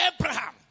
Abraham